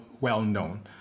well-known